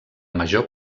major